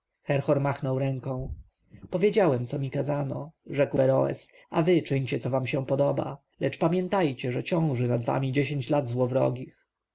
machnął ręką powiedziałem co mi kazano rzekł beroes a wy czyńcie co wam się podoba lecz pamiętajcie że ciąży nad wami dziesięć lat złowrogich